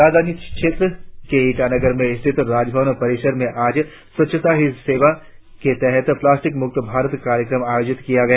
राजधानी क्षेत्र के ईटानगर में स्थित राजभवन परिसर में आज स्वच्छता ही सेवा के तहत प्लास्टिक मुक्त भारत कार्यक्रम आयोजित किया गया